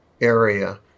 area